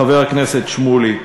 חבר הכנסת שמולי.